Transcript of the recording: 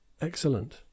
Excellent